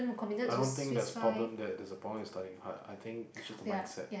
I don't think there's problem that there's a problem with studying hard I think is just a mindset